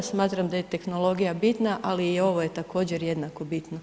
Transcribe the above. Smatram da je tehnologija bitna, ali i ovo je također jednako bitno.